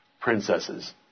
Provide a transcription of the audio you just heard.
princesses